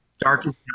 Darkest